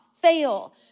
fail